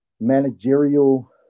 managerial